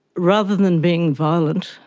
rather than being violent,